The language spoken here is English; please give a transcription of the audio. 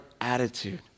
attitude